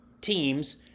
teams